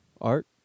Art